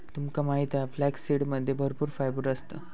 तुमका माहित हा फ्लॅक्ससीडमध्ये भरपूर फायबर असता